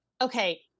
okay